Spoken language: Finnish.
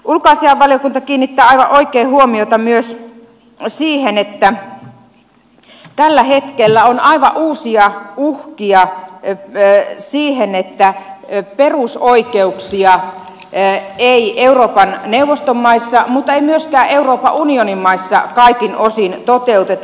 ulkoasiainvaliokunta kiinnittää aivan oikein huomiota myös siihen että tällä hetkellä on aivan uusia uhkia että perusoikeuksia ei euroopan neuvoston maissa mutta ei myöskään euroopan unionin maissa kaikin osin toteuteta